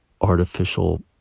Artificial